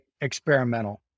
experimental